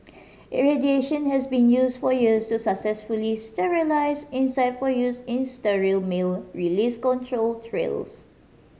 irradiation has been used for years to successfully sterilise insect for use in sterile male release control trials